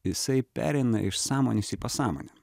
jisai pereina iš sąmonės į pasąmonę